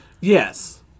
Yes